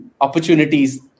opportunities